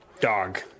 dog